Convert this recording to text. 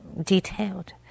detailed